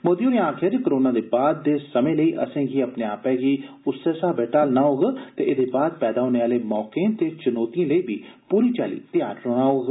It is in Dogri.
मोदी होरें आक्खेआ जे कोरोना दा बाद दे समें लेई असेंगी अपने आपै गी उस्सै साब्बे ढालना होग ते एह्दे बाद पैदा होने आले मौकें ते चुनोतिएं लेई बी पूरी चाल्ली तैआर रौह्ना होग